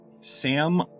Sam